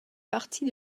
partie